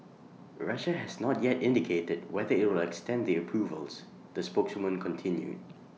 Russia has not yet indicated whether IT will extend the approvals the spokeswoman continued